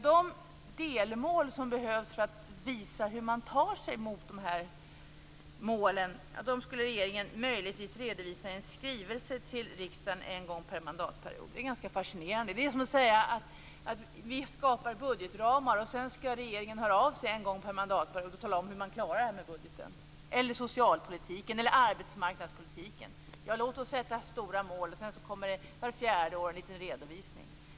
De delmål som behövs för att visa hur man tar sig mot målen skulle regeringen möjligtvis redovisa i en skrivelse till riksdagen en gång per mandatperiod. Det är ganska fascinerande. Det är som att säga att vi skapar budgetramar och att regeringen sedan skall höra av sig en gång per mandatperiod och tala om hur man klarar det här med budgeten - eller socialpolitiken eller arbetsmarknadspolitiken. Låt oss sätta stora mål, och sedan kommer det vart fjärde år en liten redovisning!